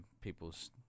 people's